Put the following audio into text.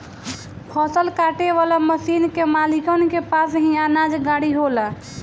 फसल काटे वाला मशीन के मालिकन के पास ही अनाज गाड़ी होला